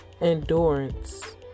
endurance